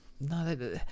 No